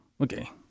Okay